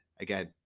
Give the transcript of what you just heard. again